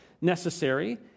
necessary